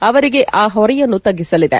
ಅವರಿಗೆ ಆ ಹೊರೆಯನ್ನು ತಗ್ಗಿಸಲಿದೆ